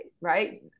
right